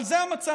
אבל זה המצב.